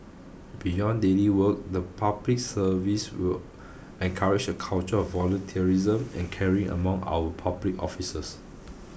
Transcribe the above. beyond daily work the public service will encourage a culture of volunteerism and caring among our public officers